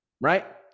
right